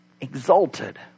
exalted